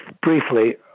briefly